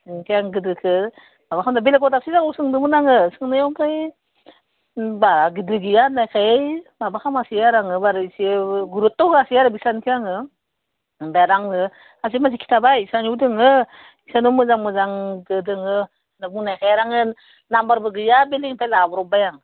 ओंखाय आं गिदिरखौ माबा खालामदो बेलेगाव दाबसे जायगायाव सोंदोंमोन आङो सोंनायाव ओमफ्राय बा गिदिर गैया होननायखाय माबा खालामासै आरो आङो बारा इसे गुरुदथ' होवासै आरो बिसोरनिखौ आङो दा आरो आंनो सासे मानसि खिन्थाबाय बिसोरनियाव दङ बिसोरनियाव मोजां मोजां गिदिर दङ होनना बुंनायखाय आरो आङो नामबारबो गैया बेनिफ्राय लाब्र'बबाय आं